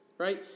Right